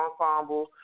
Ensemble